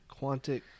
Quantic